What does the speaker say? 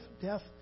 death